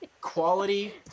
quality